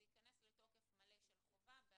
זה ייכנס לתוקף מלא של חובה ב-2021,